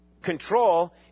Control